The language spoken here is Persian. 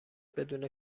بدون